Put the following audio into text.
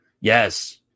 Yes